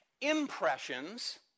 impressions